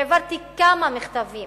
העברתי כמה מכתבים